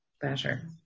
better